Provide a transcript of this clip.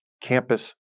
campus